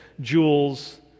jewels